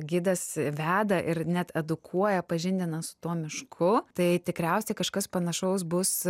gidas veda ir net edukuoja pažindina su tuo mišku tai tikriausiai kažkas panašaus bus